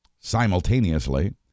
Simultaneously